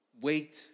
Wait